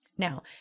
Now